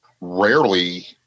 rarely